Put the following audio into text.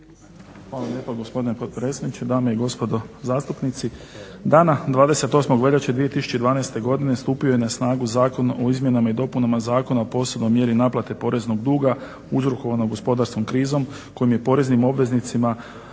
Hvala lijepa, gospodine potpredsjedniče. Dame i gospodo zastupnici. Dana 28. veljače 2012. godine stupio je na snagu Zakon o izmjenama i dopunama Zakona o posebnoj mjeri naplate poreznog duga uzrokovanog gospodarskom krizom kojom je poreznim obveznicima